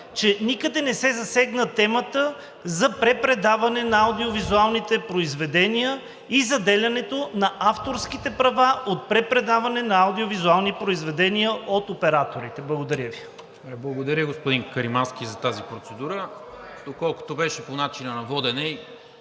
че никъде не се засегна темата за препредаване на аудиовизуалните произведения и заделянето на авторските права от препредаване на аудио-визуални произведения от операторите. Благодаря Ви. ПРЕДСЕДАТЕЛ НИКОЛА МИНЧЕВ: Благодаря за тази процедура,